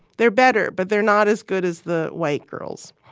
they're better, but they're not as good as the white girls.